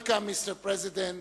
Welcome Mr. President,